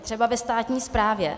Třeba ve státní správě.